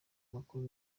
makuru